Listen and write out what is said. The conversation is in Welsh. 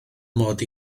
mod